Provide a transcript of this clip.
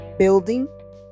Building